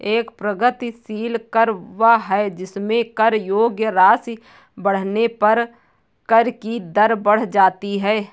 एक प्रगतिशील कर वह है जिसमें कर योग्य राशि बढ़ने पर कर की दर बढ़ जाती है